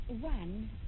one